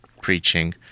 preaching